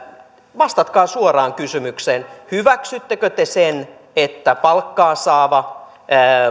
vastatkaa suoraan kysymykseen hyväksyttekö te sen että palkkaa saava